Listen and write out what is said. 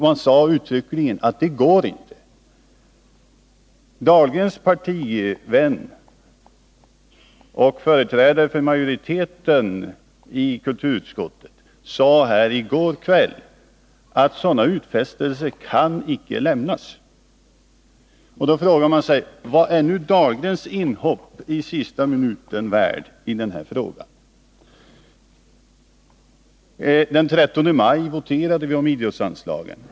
Man sade uttryckligen, att det går inte. Anders Dahlgrens partivänner och företrädare för majoriteten i kulturutskottet sade här i går kväll att sådana utfästelser icke kan lämnas. Man frågar sig då vad Anders Dahlgrens inhopp i sista minuten i denna fråga är värt. Den 13 maj voterade vi om idrottens anslag.